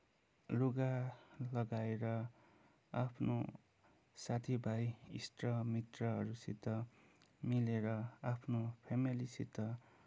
लुगा लगाएर आफ्नो साथीभाइ इष्टमित्रहरूसित मिलेर आफ्नो फ्यामिलीसित